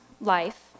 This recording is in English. life